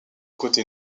côté